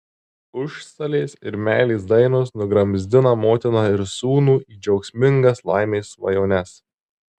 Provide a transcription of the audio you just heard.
užstalės ir meilės dainos nugramzdina motiną ir sūnų į džiaugsmingas laimės svajones